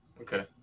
Okay